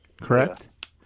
correct